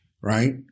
right